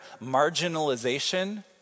marginalization